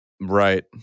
Right